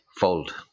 fold